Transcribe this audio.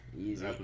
Easy